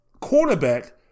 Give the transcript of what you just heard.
quarterback